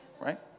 right